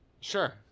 Sure